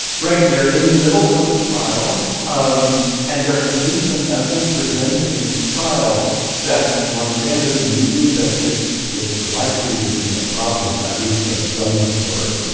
right. they're in the middle of the trial, um and there has been some evidence presented in this trial that monsanto knew that this was likely to be a problem at least of some sort.